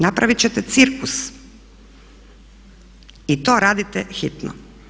Napravit ćete cirkus i to radite hitno.